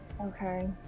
Okay